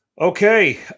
Okay